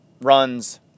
Runs